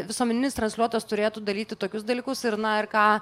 visuomeninis transliuotojas turėtų daryti tokius dalykus ir na ir ką